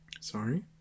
Sorry